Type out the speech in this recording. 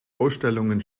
ausstellungen